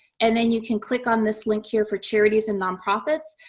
and then you can click on this link here for charities and nonprofits.